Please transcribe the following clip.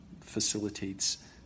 facilitates